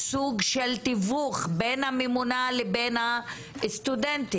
סוג של תיווך בין הממונה לבין הסטודנטים.